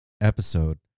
episode